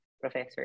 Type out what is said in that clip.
professor